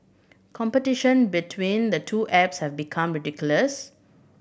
competition between the two apps have become ridiculous